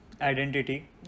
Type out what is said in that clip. identity